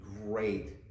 great